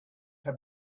her